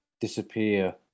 disappear